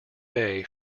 bay